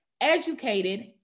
educated